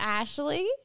ashley